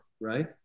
right